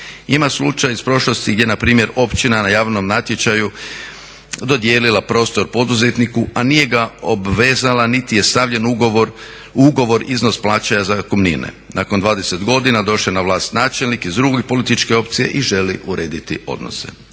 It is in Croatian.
Ima slučaj iz prošlosti gdje je npr. općina na javnom natječaju dodijelila prostor poduzetniku, a nije ga obvezala niti je stavljen u ugovor iznos plaćanja zakupnine. Nakon 20 godina došao je na vlast načelnik iz druge političke opcije i želi urediti odnose.